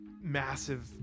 massive